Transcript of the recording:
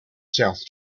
south